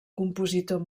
compositor